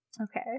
Okay